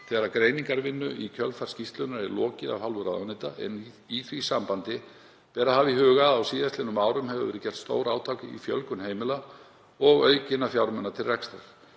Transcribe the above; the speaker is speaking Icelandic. þegar greiningarvinnu í kjölfar skýrslunnar er lokið af hálfu ráðuneyta en í því sambandi ber að hafa í huga að á síðastliðnum árum hefur verið gert stórátak í fjölgun heimila og aukningu fjármuna til rekstrar.